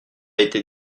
été